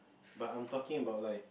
but I'm talking about like